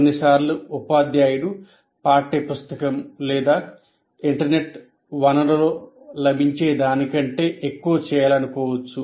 కొన్ని సార్లు ఉపాధ్యాయుడు పాఠ్య పుస్తకం లేదా ఇంటర్నెట్ వనరులో లభించే దానికంటే ఎక్కువ చేయాలనుకోవచ్చు